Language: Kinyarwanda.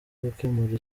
gukemura